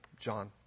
John